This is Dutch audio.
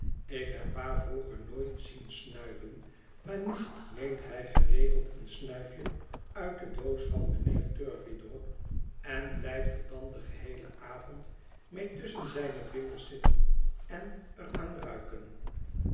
ik heb pa vroeger nooit zien snuiven maar nu neemt hij geregeld een snuifje uit de doos van mijnheer turveydrop en blijft er dan den geheelen avond mee tusschen zijne vingers zitten en ér aan ruiken